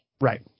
Right